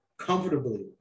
comfortably